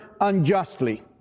unjustly